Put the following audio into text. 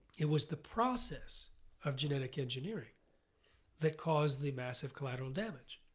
it was the process of genetic engineering that caused the massive collateral damage.